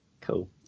Cool